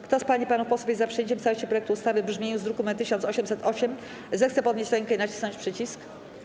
Kto z pań i panów posłów jest za przyjęciem w całości projektu ustawy w brzmieniu z druku nr 1808, zechce podnieść rękę i nacisnąć przycisk.